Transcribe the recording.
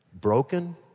Broken